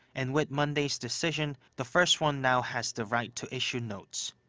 and with monday's decision, the first one now has the right to issue notes.